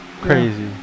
crazy